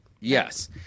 Yes